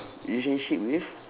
relationship with